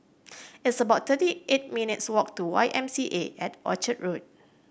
it's about thirty eight minutes' walk to Y M C A at at Orchard Road